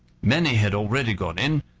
many had already gone in,